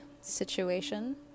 situation